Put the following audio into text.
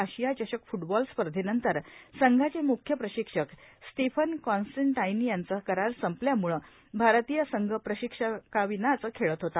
आशिया चषक फुटबॉल स्पर्धेनंतर संघाचे मुख्य प्रशिक्षक स्टीफन कॉन्स्टन्टाईन यांचा करार संपल्यामुळे भारतीय संघ प्रशिक्षकाविनाच खेळत होता